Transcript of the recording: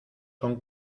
con